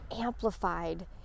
amplified